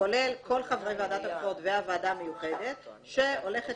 כולל כל חברי ועדת הבחירות והוועדה המיוחדת שהולכת